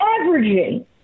averaging